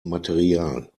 material